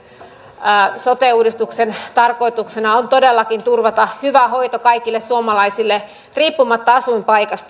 sote uudistuksen tarkoituksena on todellakin turvata hyvä hoito kaikille suomalaisille riippumatta asuinpaikasta